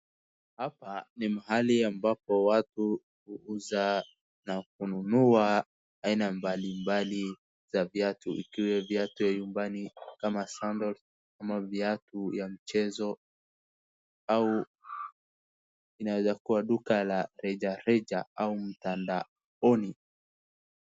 Hapa ni mahali ambapo watu huuza na kununua haina mbali mbali za viatu. Ikuwe viatu vya nyumbani kama sandals ama viatu ya mchezo au inaweza kuwa duka la reja reja au mtandaoni.